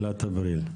תחילת אפריל.